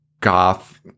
goth